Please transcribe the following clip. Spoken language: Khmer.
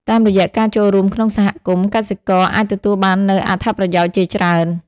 តាមរយៈការចូលរួមក្នុងសហគមន៍ កសិករអាចទទួលបាននូវអត្ថប្រយោជន៍ជាច្រើន។